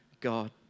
God